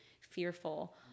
fearful